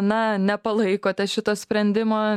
na nepalaikote šitą sprendimą